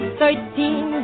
thirteen